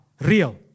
Real